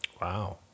Wow